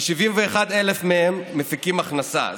כ-71,000 מהם מפיקים הכנסה,